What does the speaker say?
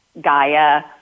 Gaia